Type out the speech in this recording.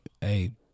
hey